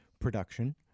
production